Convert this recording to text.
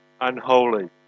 unholy